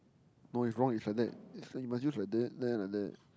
no it's wrong it's like that it's you must use like that then like that